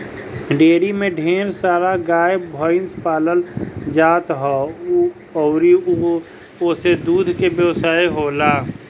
dairy में ढेर सारा गाए भइस पालल जात ह अउरी ओसे दूध के व्यवसाय होएला